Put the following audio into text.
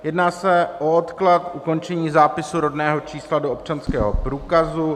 Jedná se o odklad ukončení zápisu rodného čísla do občanského průkazu.